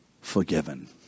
Forgiven